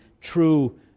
true